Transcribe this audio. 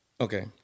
Okay